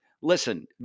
Listen